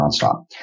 nonstop